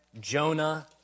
Jonah